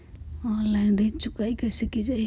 Online ऋण चुकाई कईसे की ञाई?